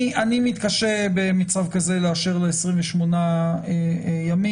אני מתקשה במצב כזה לאשר ל-28 ימים,